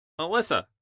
Alyssa